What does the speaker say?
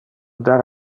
dar